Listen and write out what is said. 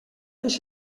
anys